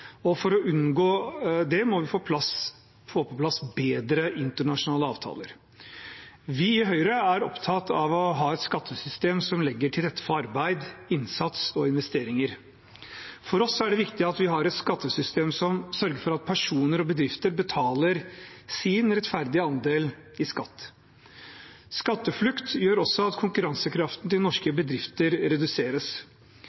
For å unngå det må vi få på plass bedre internasjonale avtaler. Vi i Høyre er opptatt av å ha et skattesystem som legger til rette for arbeid, innsats og investeringer. For oss er det viktig at vi har skattesystem som sørger for at personer og bedrifter betaler sin rettferdige andel i skatt. Skatteflukt gjør også at konkurransekraften til